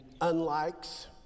unlikes